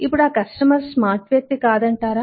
ఇప్పుడు customer smart వ్యక్తి కాదంటారా